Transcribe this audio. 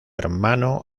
hermano